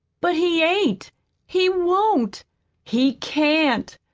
but he ain't he won't he can't,